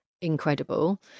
incredible